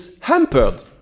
hampered